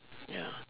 ya